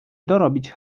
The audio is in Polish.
dorobić